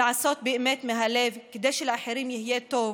לעשות באמת מהלב כדי שלאחרים יהיה טוב,